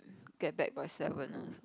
get back by seven uh